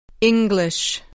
English